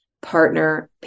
partner